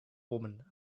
woman